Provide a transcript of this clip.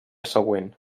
següent